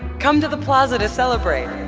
come to the plaza to celebrate.